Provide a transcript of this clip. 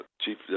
chief